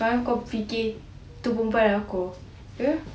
sekarang kau fikir tu perempuan aku ke